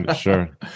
sure